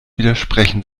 widersprechen